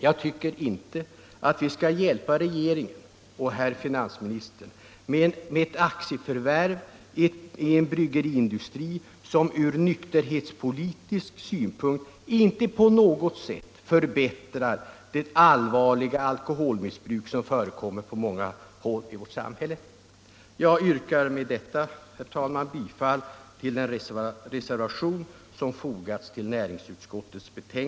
Jag tycker inte att vi skall hjälpa regeringen och herr finansministern med detta aktieförvärv som inte på något sätt dämpar det allvarliga alkoholmissbruk som förekommer på många håll i vårt samhälle. Jag yrkar med detta bifall till reservationen.